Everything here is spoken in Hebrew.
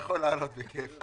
אנשים לא הספיקו בתוך עשרה ימים